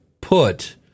put